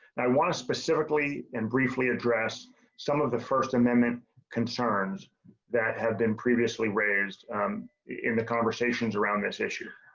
i want to specifically and briefly address some of the first um and concerns that had been previously raised in the conversations around this issue.